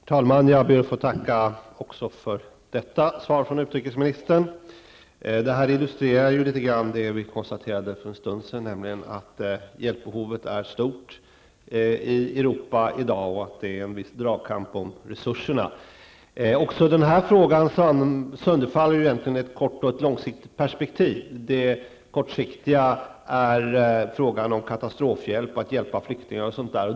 Herr talman! Jag ber att få tacka också för detta svar från utrikesministern. Detta illustrerar ju litet grand vad vi konstaterade för en stund sedan, nämligen att hjälpbehovet är stort i Europa i dag och att det är en viss dragkamp om resurserna. Den här frågan sönderfaller ju egentligen också i ett kortsiktigt och ett långsiktigt perspektiv. Det kortsiktiga är frågan om katastrofhjälp och att hjälpa flyktingar.